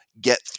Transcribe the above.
get